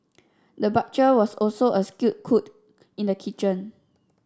the butcher was also a skilled cook in the kitchen